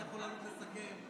יכול לעלות לסכם.